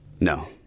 No